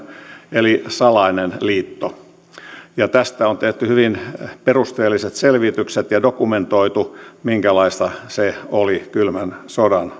eli salainen liitto tästä on tehty hyvin perusteelliset selvitykset ja dokumentoitu minkälainen se oli kylmän sodan